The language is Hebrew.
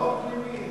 איגרות חוב פנימיות.